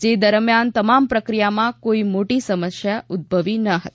જે દરમ્યાન તમામ પ્રક્રિયામાં કોઇ મોટી સમસ્યા ઉદ્દભવી ન હતી